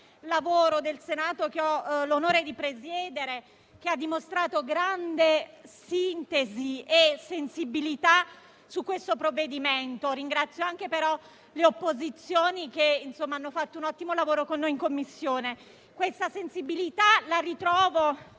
lavoro del Senato, che ho l'onore di presiedere, che ha dimostrato grande sintesi e sensibilità sul provvedimento. Ringrazio anche le opposizioni che hanno fatto un ottimo lavoro insieme a noi in Commissione. Ritrovo